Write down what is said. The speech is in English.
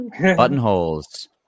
buttonholes